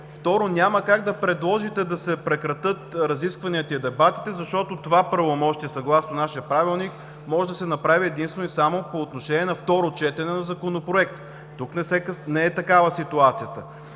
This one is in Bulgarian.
Второ, няма как да предложите да се прекратят разискванията и дебатите, защото това правомощие съгласно нашия Правилник може да се направи единствено и само по отношение на второ четене на законопроект. Тук не е такава ситуацията.